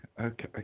okay